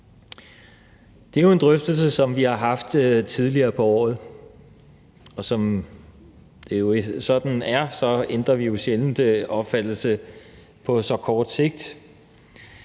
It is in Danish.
Det er en drøftelse, som vi har haft tidligere på året, og som det jo sådan er, ændrer vi sjældent opfattelse på så kort sigt.